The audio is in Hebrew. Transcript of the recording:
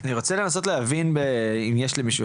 אני רוצה לנסות להבין אם יש למישהו,